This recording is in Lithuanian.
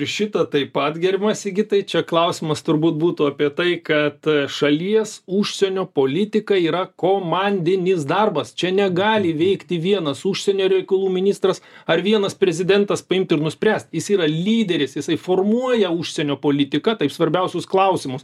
ir šitą taip pat gerbiamas sigitai čia klausimas turbūt būtų apie tai kad šalies užsienio politika yra komandinis darbas čia negali veikti vienas užsienio reikalų ministras ar vienas prezidentas paimti ir nuspręsti jis yra lyderis jisai formuoja užsienio politiką taip svarbiausius klausimus